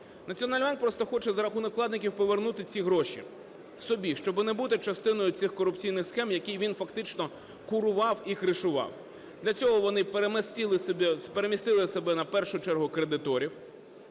Національний банк просто хоче за рахунок вкладників повернути ці гроші собі, щоби не бути частиною цих корупційних схем, які він фактично курував і кришував. Для цього вони перемістили себе на першу чергу кредиторів